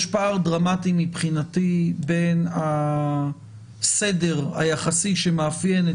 יש פער דרמטי מבחינתי בין הסדר היחסי שמאפיין את